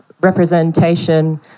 representation